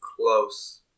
Close